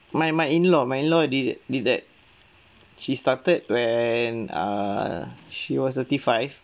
my my in-law my in-law did it did that she started when err she was thirty five